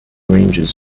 ranges